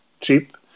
cheap